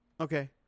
Okay